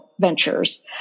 ventures